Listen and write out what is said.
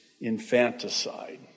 infanticide